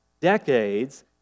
decades